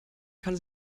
kann